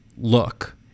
look